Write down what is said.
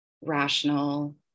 rational